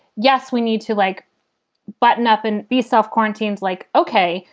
yes, we need to like button up and be self canteen's like, ok,